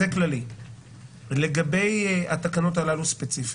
לגבי התקנות הללו ספציפית.